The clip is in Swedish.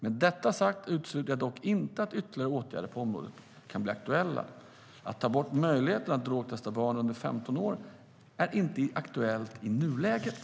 Med detta sagt utesluter jag dock inte att ytterligare åtgärder på området kan bli aktuella. Att ta bort möjligheten att drogtesta barn under 15 år är inte aktuellt i nuläget.